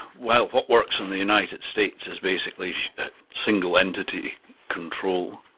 well, what works in the united states is basically single entity control.